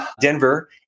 Denver